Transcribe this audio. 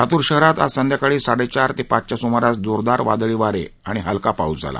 लातूर शहरात आज संध्याकाळी साडेचार ते पाचच्या सुमारास जोरदार वादळी वारे आणि हलका पाऊस झाला